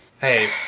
Hey